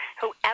Whoever